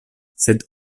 sed